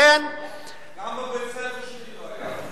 גם בבית-הספר שלי לא היה.